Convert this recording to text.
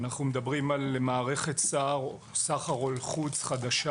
אנחנו מדברים על מערכת סחר חוץ חדשה